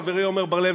חברי עמר בר-לב,